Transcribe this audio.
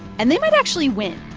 and they might actually win.